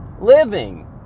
living